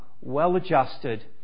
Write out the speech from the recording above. well-adjusted